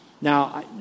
Now